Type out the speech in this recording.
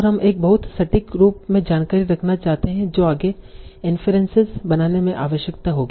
और हम एक बहुत सटीक रूप में जानकारी रखना चाहते हैं जो आगे इन्फेरेंसेस बनाने में आवश्यकता होगी